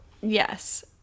Yes